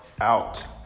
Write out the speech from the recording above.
out